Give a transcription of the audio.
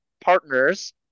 partners